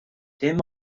dim